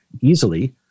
easily